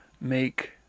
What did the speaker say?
make